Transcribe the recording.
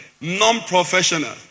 Non-professional